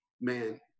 man